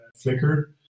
Flickr